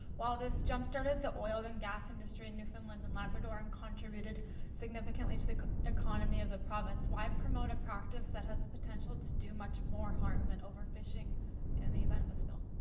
while this jump-started the oil and gas industry in newfoundland and labrador and contributed significantly to the economy of the province, why promote a practice that has the potential to do much more harm than over-fishing in and the event of a spill?